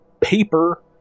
paper